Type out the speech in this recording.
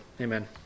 Amen